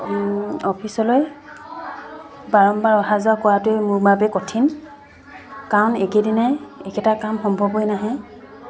অফিচলৈ বাৰম্বাৰ অহা যোৱা কৰাটোৱে মোৰ বাবে কঠিন কাৰণ একেদিনাই এইকেইটা কাম সম্ভৱ হৈ নাহে